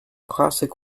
classic